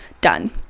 done